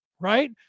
Right